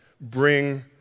bring